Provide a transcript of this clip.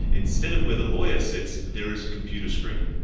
instead of where the lawyer sits there is a computer screen.